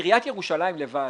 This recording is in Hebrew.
עיריית ירושלים לבד